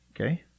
Okay